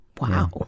Wow